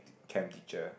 chem teacher